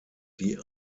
die